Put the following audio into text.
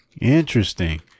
Interesting